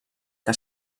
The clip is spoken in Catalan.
que